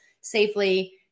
safely